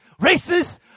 racists